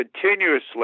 continuously –